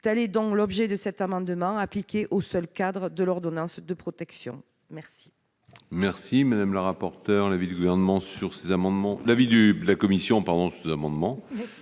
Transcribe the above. Tel est l'objet de cet amendement, appliqué au seul cadre de l'ordonnance de protection. Quel